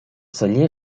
celler